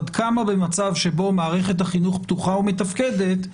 עד כמה במצב שבו מערכת החינוך פתוחה ומתפקדת,